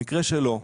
המקרה שלו,